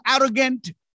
arrogant